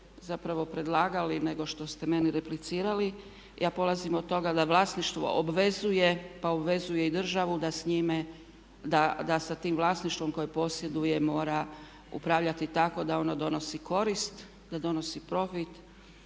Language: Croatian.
zapravo predlagali nego što ste meni replicirali. Ja polazim od toga da vlasništvo obvezuje, pa obvezuje i državu da s njime, da sa tim vlasništvom koje posjeduje mora upravljati tako da ono donosi korist, da donosi profit,